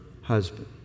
husband